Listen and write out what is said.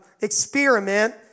experiment